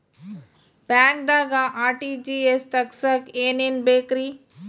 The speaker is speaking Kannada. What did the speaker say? ಬ್ಯಾಂಕ್ದಾಗ ಆರ್.ಟಿ.ಜಿ.ಎಸ್ ತಗ್ಸಾಕ್ ಏನೇನ್ ಬೇಕ್ರಿ?